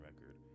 record